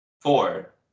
Four